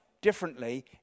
differently